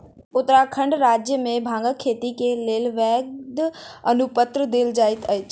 उत्तराखंड राज्य मे भांगक खेती के लेल वैध अनुपत्र देल जाइत अछि